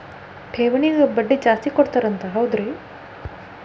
ಠೇವಣಿಗ ಬಡ್ಡಿ ಜಾಸ್ತಿ ಕೊಡ್ತಾರಂತ ಹೌದ್ರಿ?